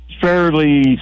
fairly